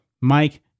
Mike